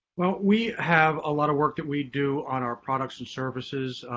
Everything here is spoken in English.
well, we have a lot of work that we do on our products and services,